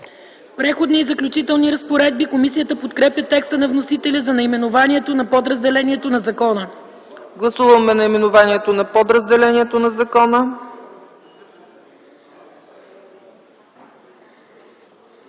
„Преходни и заключителни разпоредби”. Комисията подкрепя текста на вносителя за наименованието на подразделението на закона. ПРЕДСЕДАТЕЛ ЦЕЦКА ЦАЧЕВА: Гласуваме наименованието на подразделението на закона.